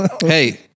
Hey